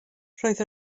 roedd